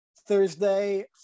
Thursday